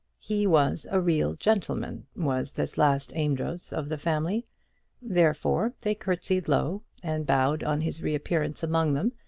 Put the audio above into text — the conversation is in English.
he was a real gentleman was this last amedroz of the family therefore they curtsied low, and bowed on his reappearance among them,